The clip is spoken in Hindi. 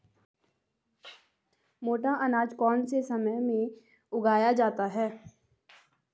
मोटा अनाज कौन से समय में उगाया जाता है?